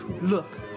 Look